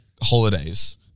holidays